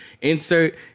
Insert